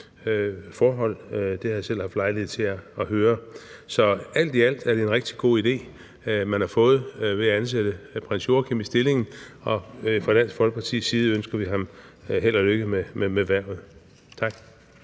forhold. Det har jeg selv haft lejlighed til at høre. Så alt i alt er det en rigtig god idé, man har fået, at ansætte prins Joachim i stillingen. Og fra Dansk Folkepartis side ønsker vi ham held og lykke med hvervet. Tak.